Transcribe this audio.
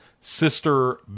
Sister